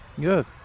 good